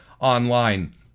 online